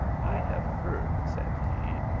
i have heard, said he,